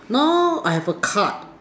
now I've a card